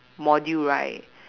module right